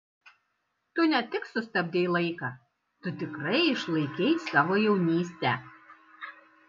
tu ne tik sustabdei laiką tu tikrai išlaikei savo jaunystę